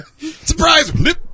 Surprise